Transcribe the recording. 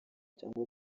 cyangwa